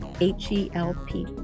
h-e-l-p